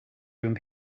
room